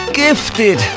gifted